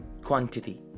quantity